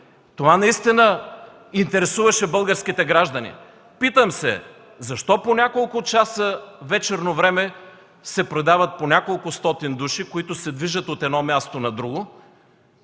това наистина интересуваше българските граждани. Питам се защо по няколко часа вечерно време се предават по неколкостотин души, които се движат от едно място на друго,